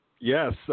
Yes